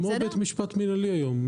כמו בית משפט מנהלי היום.